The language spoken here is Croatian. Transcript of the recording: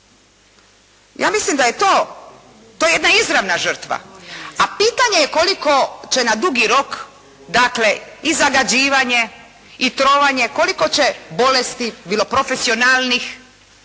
Ja mislim da je to jedna izravna žrtva. A pitanje je koliko će na dugi rok dakle i zagađivanje i trovanje koliko će bolesti, bilo profesionalnih